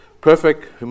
perfect